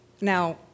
Now